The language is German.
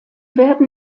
werden